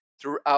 throughout